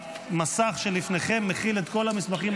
המסך שלפניכם מכיל את כל המסמכים,